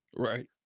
Right